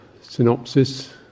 synopsis